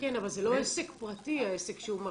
כן, אבל זה לא עסק פרטי, העסק שהוא מחזיק.